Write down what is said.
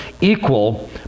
equal